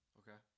okay